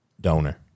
donor